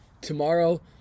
tomorrow